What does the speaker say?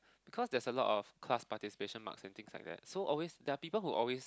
cause there's a lot of class participation marks and things like that so always there are people who always